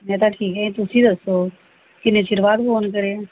ਮੈਂ ਤਾਂ ਠੀਕ ਹੈ ਤੁਸੀਂ ਦੱਸੋ ਕਿੰਨੇ ਚਿਰ ਬਾਅਦ ਫੋਨ ਕਰਿਆ